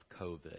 COVID